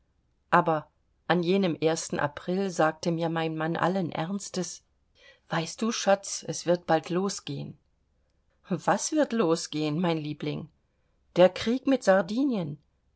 aber an jenem april sagte mir mein mann allen ernstes weißt du schatz es wird bald losgehen was wird losgehen mein liebling der krieg mit sardinien